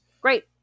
Great